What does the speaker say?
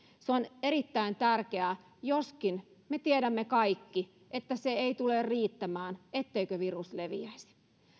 se on erittäin tärkeää joskin me kaikki tiedämme että se ei tule riittämään etteikö virus leviäisi